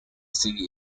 city